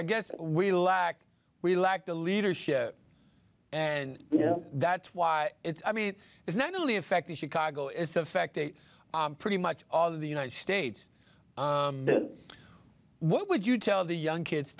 i guess we lack we lack the leadership and that's why it's i mean it's not only affecting chicago it's affecting pretty much all of the united states what would you tell the young kids